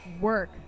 work